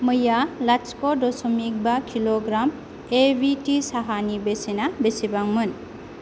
मैया लाथिख' दशमिक बा किलग्राम एभिटि साहानि बेसेना बेसेबांमोन